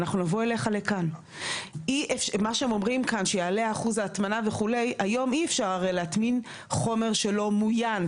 אי אפשר להטמין היום חומר שלא מוין.